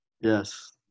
Yes